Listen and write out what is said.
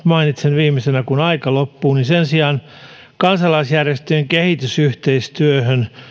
mainitsen viimeisenä kun aika loppuu sen että kansalaisjärjestöjen kehitysyhteistyöhön